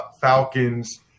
Falcons